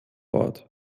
ort